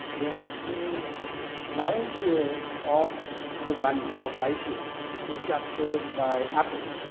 whereas, the lion's share of the value of iphone is captured by apple,